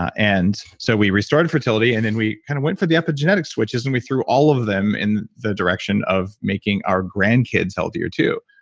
and so we restored her fertility and then we kind of went for the epigenetic switches and we threw all of them in the direction of making our grandkids healthier too.